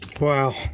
Wow